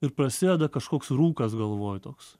ir prasideda kažkoks rūkas galvoj toks